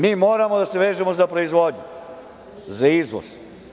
Mi moramo da se vežemo za proizvodnju, za izvoz.